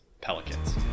Pelicans